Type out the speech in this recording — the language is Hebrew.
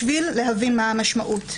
בשביל להבין מה המשמעות.